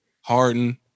Harden